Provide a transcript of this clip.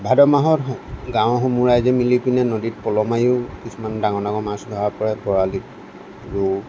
ভাদ মাহত গাঁৱৰ সমূহ ৰাইজে মিলি কিনে নদীত পল' মাৰিও কিছুমান ডাঙৰ ডাঙৰ মাছ ধৰা পৰে বৰালি ৰৌ